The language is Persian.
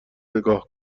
نگاه